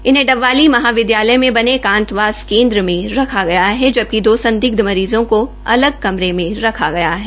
इन्हे डबवाली महाविद्यालय में बने एकांतवास केन्द्र में रखा गया है जबकि दो संदिग्ध मरीज़ों को अलग कमरे में रखा गया है